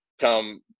come